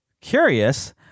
curious